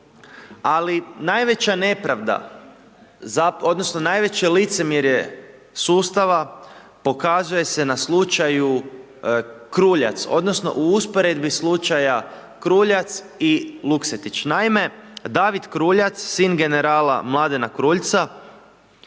Ali najveća nepravda, odnosno najveće licemjerje sustava pokazuje se na slučaju Kruljac odnosno u usporedbi slučaja Kruljac i Luksetić. Naime, David Kruljac sin generala Mladena Kruljca